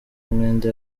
umwenda